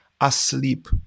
asleep